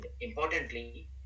importantly